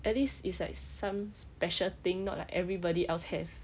at least it's like some special thing not like everybody else have